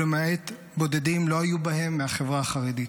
ולמעט בודדים, לא היו בהם מהחברה החרדית.